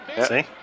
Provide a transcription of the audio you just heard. See